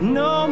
no